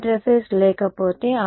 interface లేకపోతే R0